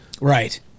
Right